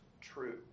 true